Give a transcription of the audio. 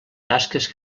tasques